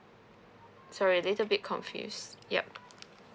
sorry a little bit confused yup